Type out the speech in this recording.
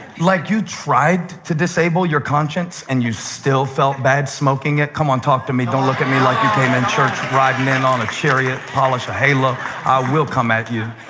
like, you tried to disable your conscience, and you still felt bad smoking it. come on, talk to me. don't look at me like you came in church riding in on a chariot, polishing a halo. i will come at you.